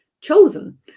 chosen